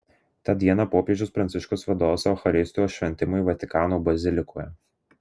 tą dieną popiežius pranciškus vadovaus eucharistijos šventimui vatikano bazilikoje